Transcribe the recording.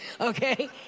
okay